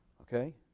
okay